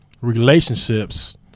relationships